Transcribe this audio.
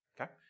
Okay